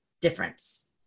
difference